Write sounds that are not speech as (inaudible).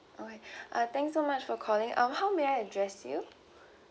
okay (breath) uh thanks so much for calling um how may I address you